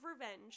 revenge